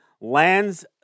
lands